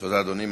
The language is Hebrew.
תודה, אדוני.